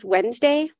Wednesday